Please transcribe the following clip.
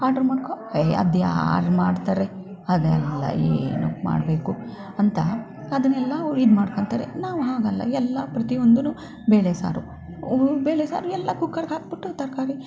order ಮಾಡ್ಕೊ ಏ ಅದು ಯಾರು ಮಾಡ್ತಾರೆ ಅದೆಲ್ಲ ಏನಕ್ಕೆ ಮಾಡಬೇಕು ಅಂತ ಅದನನೆಲ್ಲವ ಇದು ಮಾಡ್ಕೊಳ್ತಾರೆ ನಾವು ಹಾಗಲ್ಲ ಎಲ್ಲ ಪ್ರತಿಯೊಂದೂ ಬೇಳೆ ಸಾರು ಹ್ಞೂಂ ಬೇಳೆ ಸಾರು ಎಲ್ಲ ಕುಕ್ಕರಿಗೆ ಹಾಕ್ಬಿಟ್ಟು ತರಕಾರಿ